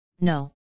No